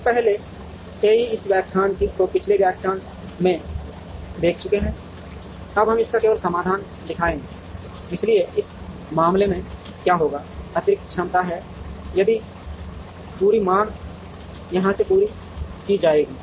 हम पहले से ही इस व्याख्यान को पिछले व्याख्यान में देख चुके हैं अब हम इसका केवल समाधान दिखाएंगे इसलिए इस मामले में क्या होगा अतिरिक्त क्षमता है यह पूरी मांग यहां से पूरी की जाएगी